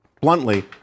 bluntly